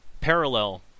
parallel